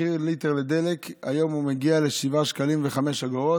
מחיר ליטר דלק מגיע היום ל-7.05 שקלים,